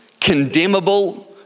condemnable